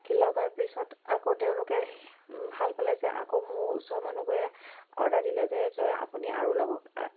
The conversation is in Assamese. কি লগাৰ পিছত আকৌ তেওঁলোকে ভাল পালে যে আকৌ মোৰ ওচৰৰ মানুহবোৰে অৰ্ডাৰ দিলে যে আপুনি আৰু লগাওক